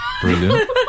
Brilliant